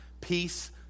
Peace